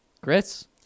Chris